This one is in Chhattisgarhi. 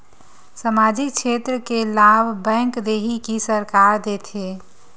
सामाजिक क्षेत्र के लाभ बैंक देही कि सरकार देथे?